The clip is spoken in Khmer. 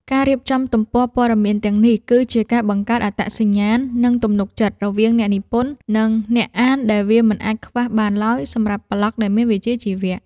ការរៀបចំទំព័រព័ត៌មានទាំងនេះ គឺជាការបង្កើត អត្តសញ្ញាណ និង ទំនុកចិត្ត រវាងអ្នកនិពន្ធ និងអ្នកអាន ដែលវាមិនអាចខ្វះបានឡើយសម្រាប់ប្លក់ដែលមានវិជ្ជាជីវៈ។